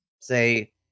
say